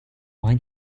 wine